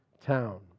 town